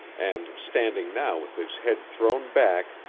and, standing now with his head thrown back,